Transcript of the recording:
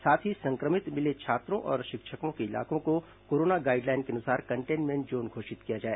साथ ही संक्रमित मिले छात्र और शिक्षकों के इलाकों को कोरोना गाइडलाइन के अनुसार कंटेनमेंट जोन घोषित किया जाए